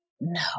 no